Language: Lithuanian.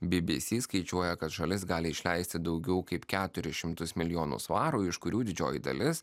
bbc skaičiuoja kad šalis gali išleisti daugiau kaip keturis šimtus milijonų svarų iš kurių didžioji dalis